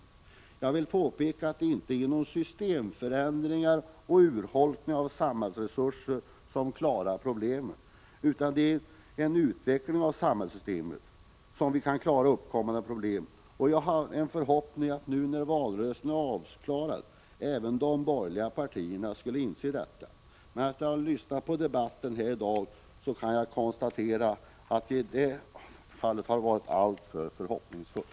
Men jag vill påpeka att det inte är genom systemförändringar och urholkning av samhällsresurser som vi klarar problemen, utan det är i en utveckling av samhällssystemet som vi kan klara uppkommande problem. Jag hade hoppats att när nu valrörelsen är avklarad även de borgerliga partierna skulle inse detta, men efter att ha lyssnat till debatten i dag kan jag konstatera att jag i det fallet varit alltför förhoppningsfull.